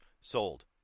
sold